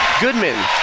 Goodman